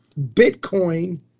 Bitcoin